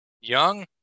Young